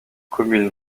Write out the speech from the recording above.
commune